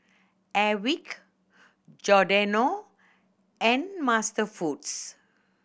Airwick Giordano and MasterFoods